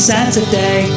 Saturday